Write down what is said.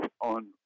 on